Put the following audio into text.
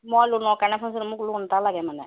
মই লোনৰ কাৰণে মোক লোন এটা লাগে মানে